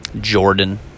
Jordan